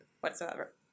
whatsoever